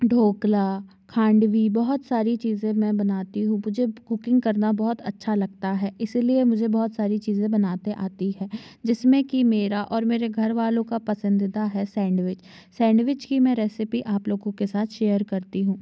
ढोकला खांडवी बहुत सारी चीज़ों मैं बनाती हूँ मुझे कुकिंग करना बहुत अच्छा लगता है इस लिए मुझे बहुत सारी चीज़ें बनाते आती हैं जिस में कि मेरा और मेरे घरवालों का पसंदीदा है सैंडविच सैंडविच की मैं रेसिपी आप लोगों के साथ शेयर करती हूँ